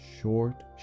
short